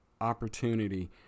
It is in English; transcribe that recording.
opportunity